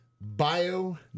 bio